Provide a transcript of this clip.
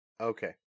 Okay